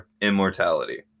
immortality